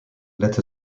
let